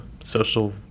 social